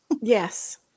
Yes